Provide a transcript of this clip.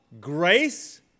grace